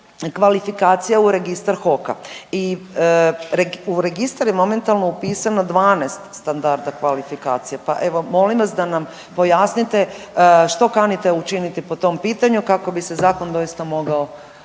kvalifikacija u registar HOK-a. U registar je momentalno upisano 12 standarda kvalifikacija, pa evo molim vas da nam pojasnite što kanite učiniti po tom pitanju kako bi se zakon doista mogao